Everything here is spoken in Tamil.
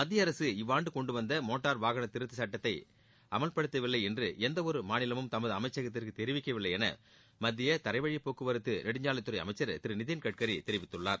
மத்திய அரசு இவ்வாண்டு கொண்டுவந்த மோட்டார் வாகன சட்டத்தை அமல்படுத்தவில்லை என எந்த ஒரு மாநிலமும் தமது அமைச்சகத்துக்கு தெரிவிக்கவில்லை என மத்திய தரைவழிபோக்குவரத்து நெடுஞ்சாலைத்துறை அமைச்சர் திரு நிதின் கட்கரி தெரிவித்துள்ளார்